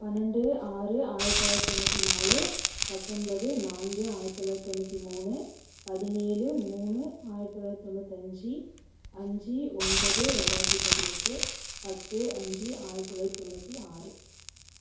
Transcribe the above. பன்னெண்டு ஆறு ஆயிரத்தி தொள்ளாயிரத்தி தொண்ணூற்றி நாலு பத்தொன்பது நான்கு ஆயிரத்தி தொள்ளாயிரத்தி தொண்ணூற்றி மூணு பதினேழு மூணு ஆயிரத்தி தொள்ளாயிரத்தி தொண்ணூற்றி அஞ்சு அஞ்சு ஒன்பது ரெண்டாயிரத்தி பதினெட்டு பத்து அஞ்சு ஆயிரத்தி தொள்ளாயிரத்தி தொண்ணூற்றி ஆறு